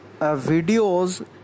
videos